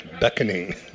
beckoning